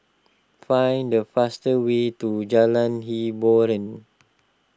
find the fastest way to Jalan Hiboran